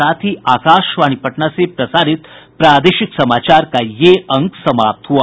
इसके साथ ही आकाशवाणी पटना से प्रसारित प्रादेशिक समाचार का ये अंक समाप्त हुआ